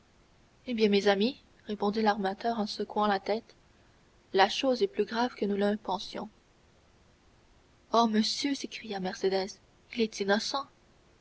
eh bien mes amis répondit l'armateur en secouant la tête la chose est plus grave que nous ne le pensions oh monsieur s'écria mercédès il est innocent